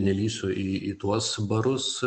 nelįsiu į į tuos barus